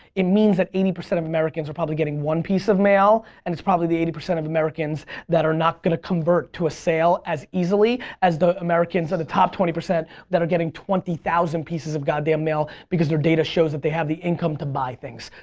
it means that eighty percent of americans are getting one piece of mail and it's probably the eighty percent of americans that are not going to convert to a sale as easily as the americans at the top twenty percent that are getting twenty thousand pieces of god damn mail because their data shows that they have the income to buy things.